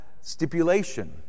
stipulation